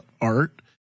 art